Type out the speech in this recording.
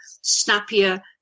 snappier